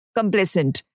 complacent